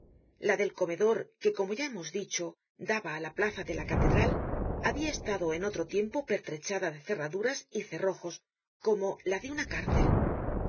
la del comedor que como ya hemos dicho daba á la plaza de la catedral habia estado en otro tiempo pertrechada de cerraduras y cerrojos como la de una cárcftl